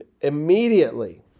immediately